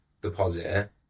deposit